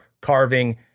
carving